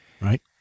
right